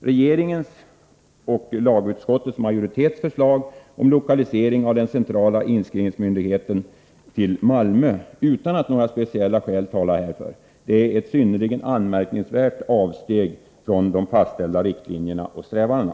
Regeringens och lagutskottets majoritets förslag om lokalisering av den centrala inskrivningsmyndigheten till Malmö utan att några speciella skäl talar härför, är ett synnerligen anmärkningsvärt avsteg från de fastställda riktlinjerna och strävandena.